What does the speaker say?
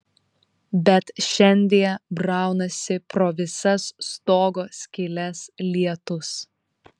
bet šiandie braunasi pro visas stogo skyles lietus